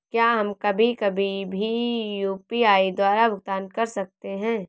क्या हम कभी कभी भी यू.पी.आई द्वारा भुगतान कर सकते हैं?